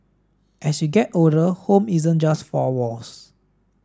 as you get older home isn't just four walls